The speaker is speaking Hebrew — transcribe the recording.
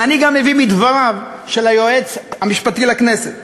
ואני גם מביא מדבריו של היועץ המשפטי לכנסת,